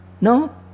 No